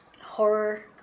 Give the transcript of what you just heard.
horror